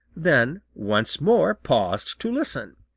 then once more paused to listen.